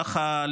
ככה,